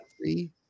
Three